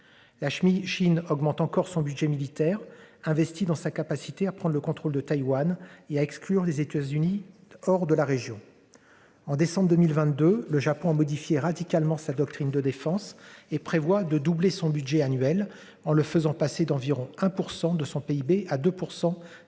La cheville Chine augmente encore. Son budget militaire investi dans sa capacité à prendre le contrôle de Taïwan et à exclure les États-Unis hors de la région. En décembre 2022, le Japon a modifié radicalement sa doctrine de défense. Et prévoit de doubler son budget annuel en le faisant passer d'environ 1% de son PIB à 2%